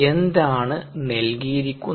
എന്താണ് നൽകിയിരിക്കുന്നത്